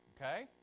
Okay